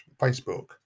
Facebook